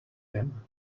him